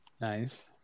Nice